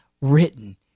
written